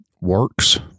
Works